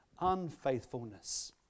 unfaithfulness